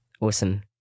Awesome